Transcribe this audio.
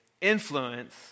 influence